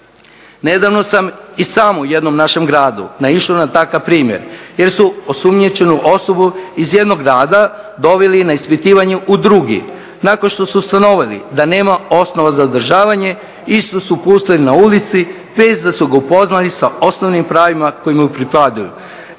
Nedavno sam i sam u jednom našem gradu naišao na takav primjer, jer su osumnjičenu osobu iz jednog grada doveli na ispitivanje u drugi. Nakon što su ustanovili da nema osnova za zadržavanje istu su pustili na ulici bez da su ga upoznali sa osnovnim pravima koja mu pripadaju.